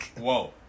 Whoa